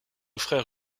frère